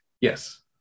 Yes